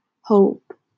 hope